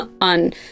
on